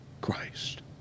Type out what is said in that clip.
Christ